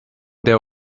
there